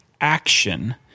action